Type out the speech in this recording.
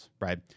right